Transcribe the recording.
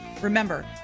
remember